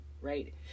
right